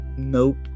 nope